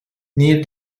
near